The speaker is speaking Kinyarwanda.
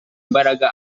imbaraga